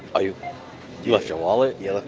you left your wallet? yeah,